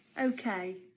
okay